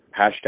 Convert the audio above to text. hashtag